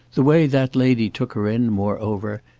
the way that lady took her in, moreover,